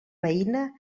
veïna